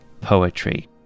poetry